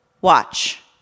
Watch